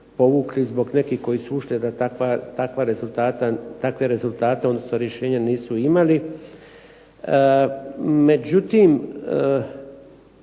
povukli zbog nekih koji su ušli a da takve rezultate odnosno rješenja nisu imali. Međutim,